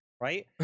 right